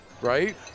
right